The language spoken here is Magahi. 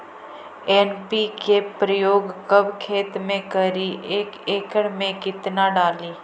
एन.पी.के प्रयोग कब खेत मे करि एक एकड़ मे कितना डाली?